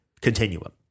continuum